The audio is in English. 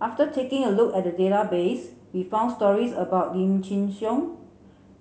after taking a look at the database we found stories about Lim Chin Siong